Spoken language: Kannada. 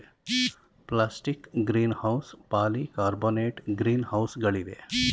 plastic greenhouse, polycarbonate green ಹೌಸ್ಗಳಿವೆ